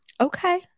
Okay